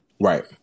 Right